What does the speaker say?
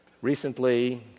recently